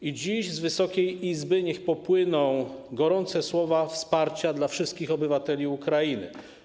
I dziś z Wysokiej Izby niech popłyną gorące słowa wsparcia dla wszystkich obywateli Ukrainy.